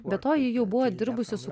be to ji jau buvo dirbusi su